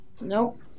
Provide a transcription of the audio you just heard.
Nope